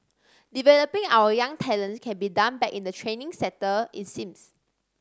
developing our young talents can be done back in the training centre it seems